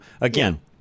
Again